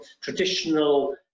traditional